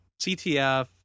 ctf